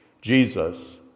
Jesus